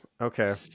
Okay